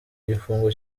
igifungo